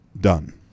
done